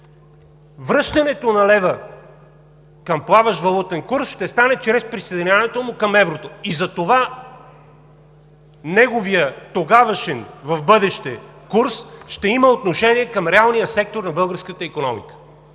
връщането на лева към плаващ валутен курс ще стане чрез присъединяването му към еврото. Затова неговият, тогавашен – в бъдеще, курс ще има отношение към реалния сектор на българската икономика.